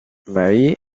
marie